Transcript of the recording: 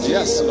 Yes